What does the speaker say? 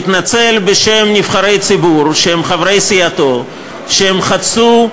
יתנצל בשם נבחרי ציבור שהם חברי סיעתו, שחצו,